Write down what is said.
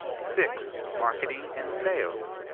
six. marketing and sales.